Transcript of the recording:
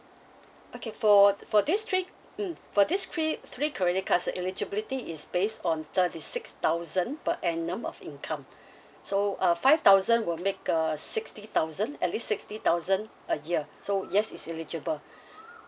okay for for this three mm for this three three credit cards eligibility is based on thirty six thousand per annum of income so uh five thousand will make err sixty thousand at least sixty thousand a year so yes it's eligible